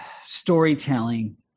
storytelling